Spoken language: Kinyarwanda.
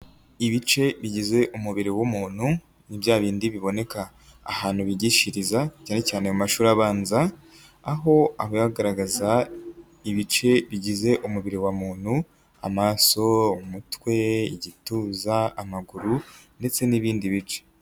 Ibice bigize umubiri w'umuntu ni bya bindi biboneka ahantu bigishiriza cyane cyane mu mashuri abanza, aho aba agaragaza ibice bigize umubiri wa muntu; amaso, umutwe, igituza ,amaguru ndetse n'ibindi bice.